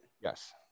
Yes